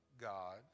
God